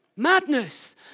madness